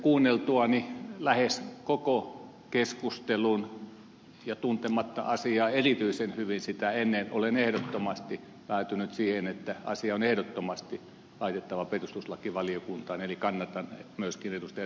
kuunneltuani lähes koko keskustelun ja tuntematta asiaa erityisen hyvin sitä ennen olen päätynyt siihen että asia on ehdottomasti lähetettävä perustuslakivaliokuntaan eli kannatan myöskin edustaja